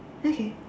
okay